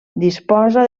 disposa